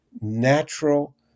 natural